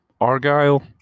Argyle